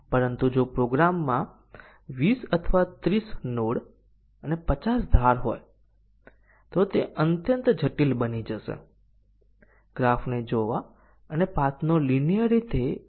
અહીં મુખ્ય વિચાર એ છે કે દરેક એટોમિક કન્ડીશન સાચી અને ખોટી કિંમતો પર સેટ કરવામાં આવશે